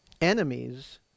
enemies